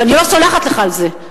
ואני לא סולחת לך על זה.